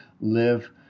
live